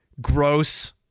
gross